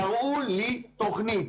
תראו לי תוכנית.